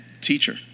teacher